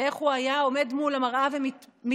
ואיך הוא היה עומד מול המראה ומתאמן.